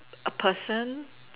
A person